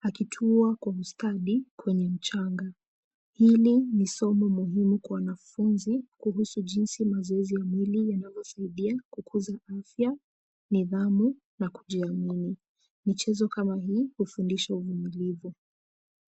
akitua kwa ustadi kwenye mchanga. Hili ni somo muhimu kwa wanafunzi kuhusu jinsi mazoezi ya mwili yanavyosaidia kukuza afya, nidhamu na kujiamini. Michezo kama hii hufundisha uvumilivu.